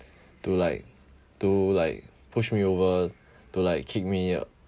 to like to like push me over to like kick me out